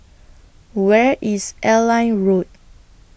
Where IS Airline Road